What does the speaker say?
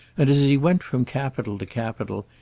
and as he went from capital to capital,